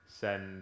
send